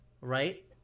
right